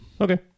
Okay